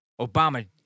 Obama